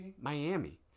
Miami